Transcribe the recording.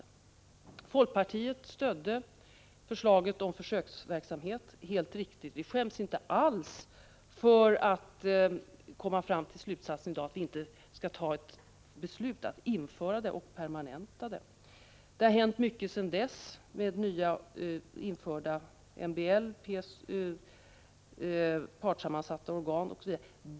Det är helt riktigt att folkpartiet stödde förslaget om försöksverksamhet. Vi skäms inte alls för att komma fram till slutsatsen att man inte skall permanenta denna verksamhet. Det har hänt mycket sedan beslutet fattades om försöksverksamheten — MBL, partssammansatta organ osv.